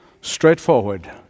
straightforward